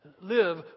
Live